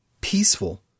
peaceful